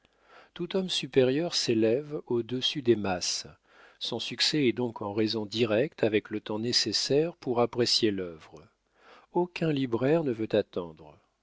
tout homme supérieur s'élève au-dessus des masses son succès est donc en raison directe avec le temps nécessaire pour apprécier l'œuvre aucun libraire ne veut attendre